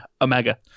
Omega